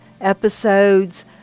episodes